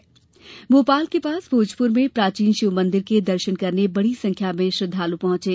वहीं भोपाल के पास भोजपुर में प्राचीन शिव मंदिर के दर्शन करने बड़ी संख्या में श्रद्वालु पहुंचे